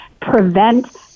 prevent